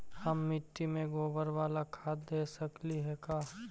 हम मिट्टी में गोबर बाला खाद दे सकली हे का?